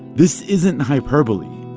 this isn't hyperbole.